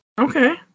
Okay